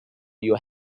your